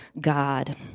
God